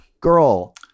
Girl